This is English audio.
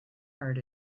heart